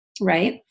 right